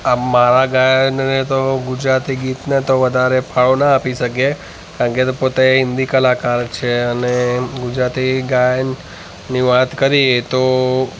આ મારા ગાયનને તો ગુજરાતી ગીતને તો વધારે ભાવ ના આપી શકે કારણ કે તે પોતે હિન્દી કલાકાર છે અને ગુજરાતી ગાયનની વાત કરીએ તો